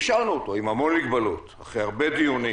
ואישרנו אותו, עם המון מגבלות ואחרי הרבה דיונים.